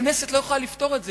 הכנסת לא יכולה לפתור את זה.